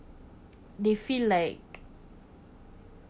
they feel like